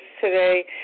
today